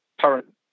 current